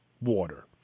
water